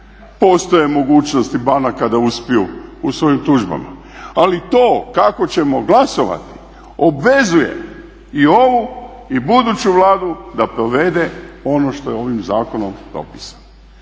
Postoje mogućnosti banaka da uspiju u svojim tužbama, ali to kako ćemo glasovati obvezuje i ovu i buduću Vladu da provede ono što je ovim zakonom propisano.